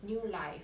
new life